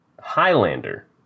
highlander